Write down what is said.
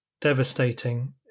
devastating